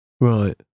Right